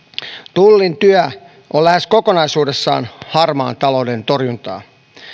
tullin työ on lähes kokonaisuudessaan harmaan talouden torjuntaa